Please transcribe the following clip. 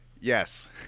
Yes